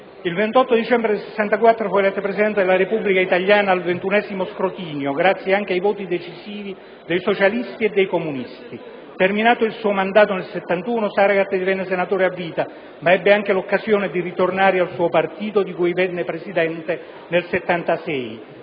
Il 28 dicembre 1964 fu eletto Presidente della Repubblica italiana al ventunesimo scrutinio, grazie anche ai voti decisivi dei socialisti e dei comunisti. Terminato il suo mandato nel 1971, Saragat divenne senatore a vita, ma ebbe anche l'occasione di ritornare al suo partito, di cui divenne presidente nel 1976.